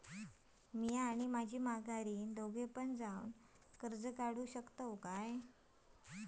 म्या आणि माझी माघारीन दोघे जावून कर्ज काढू शकताव काय?